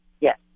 Yes